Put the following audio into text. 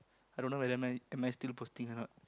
i don't know whether am I am I still posting a not